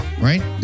right